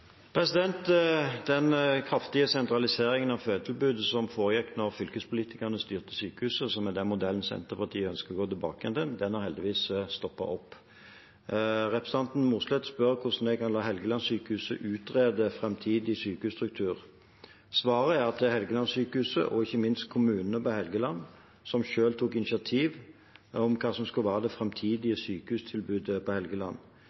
Den kraftige sentraliseringen av fødetilbudet som foregikk da fylkespolitikerne styrte sykehusene, som er den modellen Senterpartiet ønsker å gå tilbake til, har heldigvis stoppet opp. Representanten Mossleth spør hvordan jeg kan la Helgelandssykehuset utrede framtidig sykehusstruktur. Svaret er at det er Helgelandssykehuset, og ikke minst kommunene på Helgeland, som selv tok initiativ til hva som skulle være det framtidige sykehustilbudet på Helgeland.